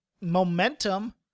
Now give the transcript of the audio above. momentum